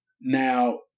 Now